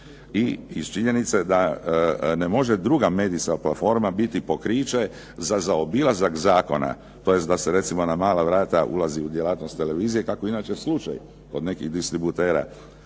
i iz činjenice da ne može druga medijska platforma biti pokriće za zaobilazak zakona, tj. da se recimo na mala vrata ulazi u djelatnost televizije kako je inače slučaj kod nekih distributera,